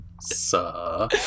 Sir